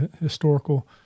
historical